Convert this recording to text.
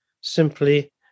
simply